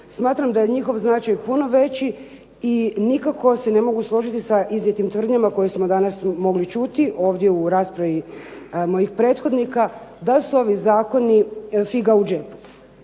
smatram da je njihov značaj puno veći i nikako se ne mogu složiti sa iznijetim tvrdnjama koje smo danas mogli čuti ovdje u raspravi mojih prethodnika, da su ovi zakoni figa u džepu.